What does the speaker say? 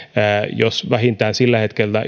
jos vähintään sillä hetkellä